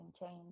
change